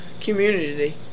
community